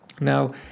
Now